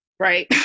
Right